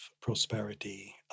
prosperity